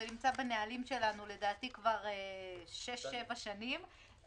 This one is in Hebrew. זה נמצא בנהלים שלנו לדעתי כבר שש-שבע שנים.